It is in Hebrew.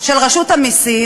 של רשות המסים,